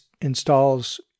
installs